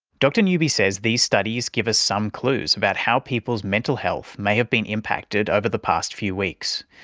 dr newby says these studies give us some clues about how people's mental health may have been impacted over the past few weeks,